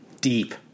deep